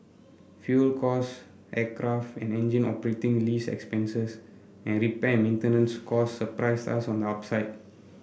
fuel costs aircraft and engine operating lease expenses and repair and maintenance costs surprised us on the upside